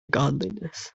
godliness